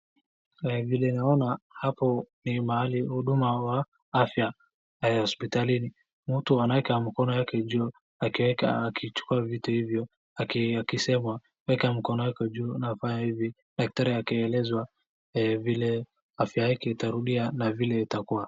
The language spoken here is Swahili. Vile naona hapo ni mahali pa huduma ya afya hospitalini, mtu anaweka mikono yake juu akichukua vitu hivyo, akisema weka mikono yako juu na ufanye hivi, daktari akieleza vile afya yake itarudia na vile itakuwa.